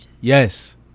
yes